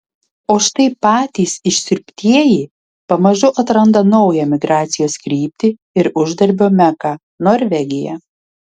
o štai patys išsiurbtieji pamažu atranda naują migracijos kryptį ir uždarbio meką norvegiją